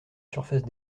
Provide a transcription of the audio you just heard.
surface